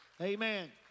amen